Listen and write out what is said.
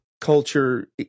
culture